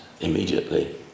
immediately